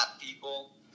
people